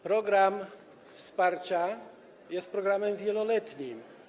Program wsparcia jest programem wieloletnim.